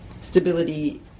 stability